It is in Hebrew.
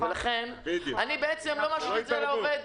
לכן לא אשית את זה על העובד,